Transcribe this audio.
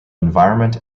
environment